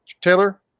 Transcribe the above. Taylor